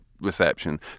reception